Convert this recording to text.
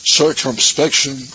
circumspection